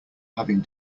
having